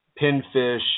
pinfish